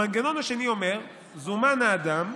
המנגנון השני אומר: זומן האדם,